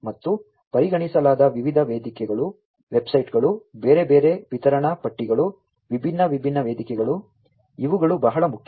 ಮತ್ತು ಪರಿಗಣಿಸಲಾದ ವಿವಿಧ ವೇದಿಕೆಗಳು ವೆಬ್ಸೈಟ್ಗಳು ಬೇರೆ ಬೇರೆ ವಿತರಣಾ ಪಟ್ಟಿಗಳು ವಿಭಿನ್ನ ವಿಭಿನ್ನ ವೇದಿಕೆಗಳು ಇವುಗಳು ಬಹಳ ಮುಖ್ಯ